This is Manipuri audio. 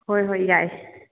ꯍꯣꯏ ꯍꯣꯏ ꯌꯥꯏ